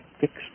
fixed